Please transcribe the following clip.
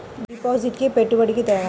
డిపాజిట్కి పెట్టుబడికి తేడా?